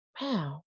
wow